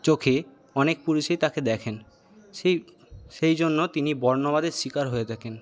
চোখে অনেক পুরুষই তাকে দেখেন সেই সেই জন্য তিনি বর্ণবাদের শিকার হয়ে থাকেন